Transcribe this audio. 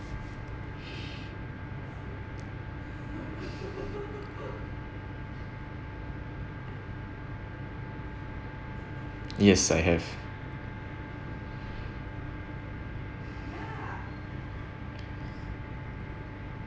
yes I have